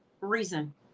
reason